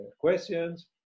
questions